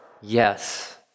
Yes